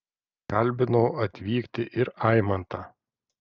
kalbinau atvykti ir aimantą